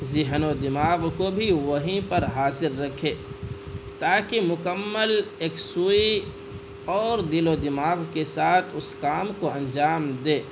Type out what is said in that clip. ذہن و دماغ کو بھی وہیں پر حاضر رکھے تاکہ مکمل یکسوئی اور دل و دماغ کے ساتھ اس کام کو انجام دے